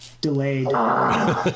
delayed